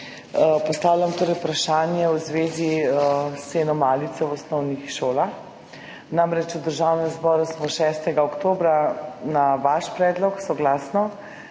Postavljam vprašanje v zvezi s ceno malice v osnovnih šolah. Namreč, v Državnem zboru smo 6. oktobra na vaš predlog soglasno